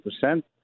percent